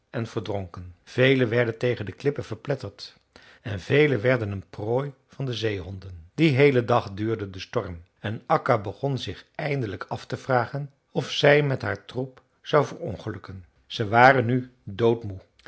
en verdronken vele werden tegen de klippen verpletterd en vele werden een prooi van de zeehonden dien heelen dag duurde de storm en akka begon zich eindelijk af te vragen of zij met haar troep zou verongelukken ze waren nu doodmoe